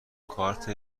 کارت